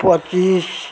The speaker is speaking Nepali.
पच्चिस